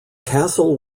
castle